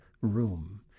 room